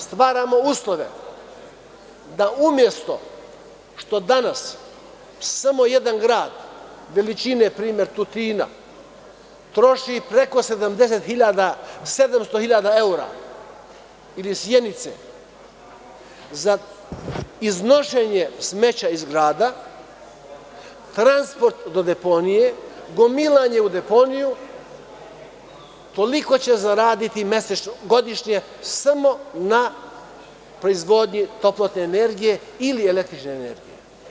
Stvaramo uslove da umesto što danas samo jedan grad veličine, primer, Tutina troši preko 700.000 evra, ili Sjenice, za iznošenje smeća iz grada, transport do deponije, gomilanje u deponiju, da će toliko zaraditi godišnje samo na proizvodnji toplotne energije ili električne energije.